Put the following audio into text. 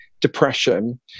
depression